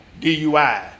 DUI